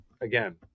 again